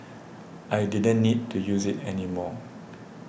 I didn't need to use it anymore